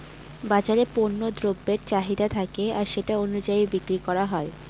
বাজারে পণ্য দ্রব্যের চাহিদা থাকে আর সেটা অনুযায়ী বিক্রি করা হয়